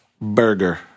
burger